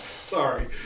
Sorry